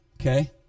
okay